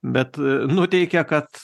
bet nuteikia kad